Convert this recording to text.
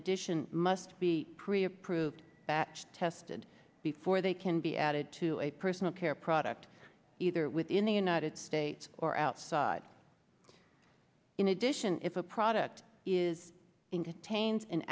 addition must be pre approved batch tested before they can be added to a personal care product either within the united states or outside in addition if a product is in contains an